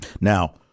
Now